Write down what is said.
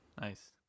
nice